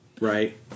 Right